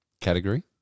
Category